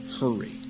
hurry